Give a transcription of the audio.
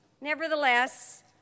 Nevertheless